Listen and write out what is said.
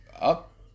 up